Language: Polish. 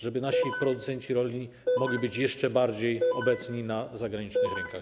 Żeby nasi producenci rolni mogli być jeszcze bardziej obecni na zagranicznych rynkach.